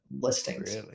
listings